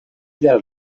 del